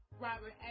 Robert